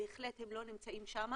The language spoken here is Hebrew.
בהחלט הם לא נמצאים שם,